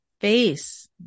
face